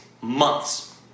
months